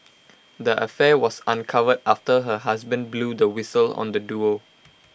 the affair was uncovered after her husband blew the whistle on the duo